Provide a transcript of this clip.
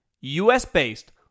US-based